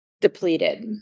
depleted